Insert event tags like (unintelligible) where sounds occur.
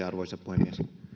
(unintelligible) arvoisa puhemies